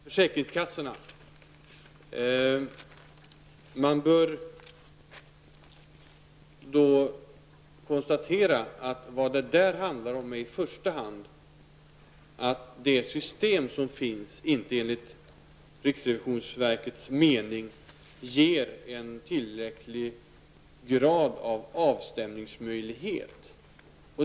Herr talman! Först till försäkringskassorna. Man bör komma ihåg att vad det där handlar om är i första hand att det system som finns enligt riksrevisionsverkets mening inte ger en tillräcklig grad av avstämningsmöjlighet.